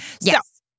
Yes